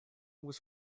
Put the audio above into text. was